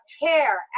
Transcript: hair